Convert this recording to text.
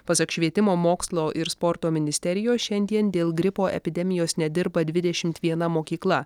pasak švietimo mokslo ir sporto ministerijos šiandien dėl gripo epidemijos nedirba dvidešim viena mokykla